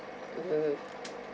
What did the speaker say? mmhmm